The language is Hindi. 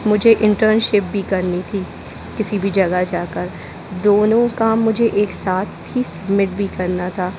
मुझे इंटर्नशिप भी करनी थी किसी भी जगह जाकर दोनों का मुझे एक साथ ही सबमिट भी करना था